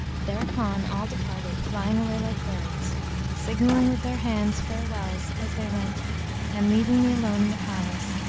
thereupon all departed flying away like birds signalling with their hands farewells as they went and leaving me alone in the palace.